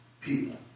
people